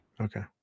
Okay